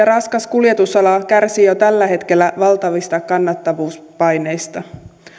raskas kuljetusala kärsii jo tällä hetkellä valtavista kannattavuuspaineista